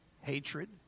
hatred